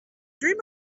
dream